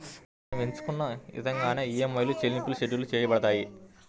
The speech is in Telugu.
మనం ఎంచుకున్న ఇదంగానే ఈఎంఐల చెల్లింపులు షెడ్యూల్ చేయబడతాయి